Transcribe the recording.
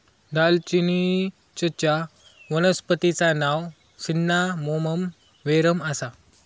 दालचिनीचच्या वनस्पतिचा नाव सिन्नामोमम वेरेम आसा